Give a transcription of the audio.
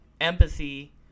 empathy